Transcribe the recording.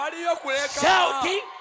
Shouting